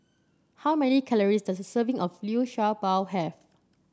how many calories does a serving of Liu Sha Bao have